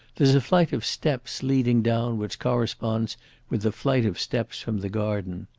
there's a flight of steps leading down which corresponds with the flight of steps from the garden.